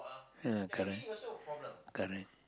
ya correct correct